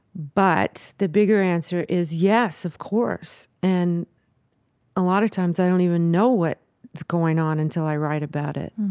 but the bigger answer is yes, of course. and a lot of times, i don't even know what is going on until i write about it.